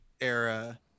era